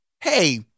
Hey